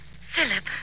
Philip